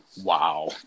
wow